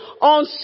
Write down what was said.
On